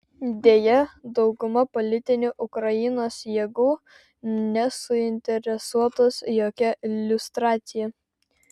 deja dauguma politinių ukrainos jėgų nesuinteresuotos jokia liustracija